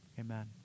Amen